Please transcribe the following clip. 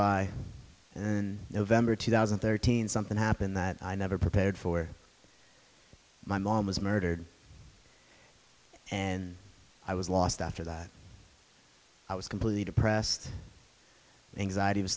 by and november two thousand and thirteen something happened that i never prepared for my mom was murdered and i was lost after that i was completely depressed anxiety was